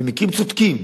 במקרים צודקים,